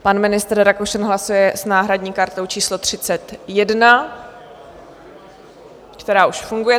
Pan ministr Rakušan hlasuje s náhradní kartou číslo 31, která už funguje.